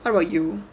what about you